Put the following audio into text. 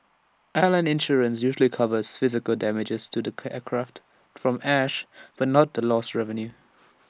airline insurance usually covers physical damage to the aircraft from ash but not the lost revenue